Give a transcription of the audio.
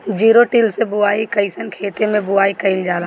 Zero till से बुआई कयिसन खेते मै बुआई कयिल जाला?